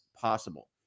possible